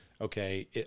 Okay